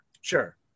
sure